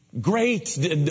Great